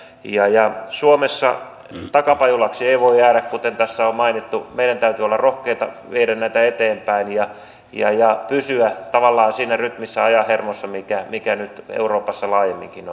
suomessa takapajulaksi ei voi jäädä kuten tässä on mainittu meidän täytyy olla rohkeita viedä näitä eteenpäin ja ja pysyä tavallaan siinä rytmissä ajan hermossa mikä mikä nyt euroopassa laajemminkin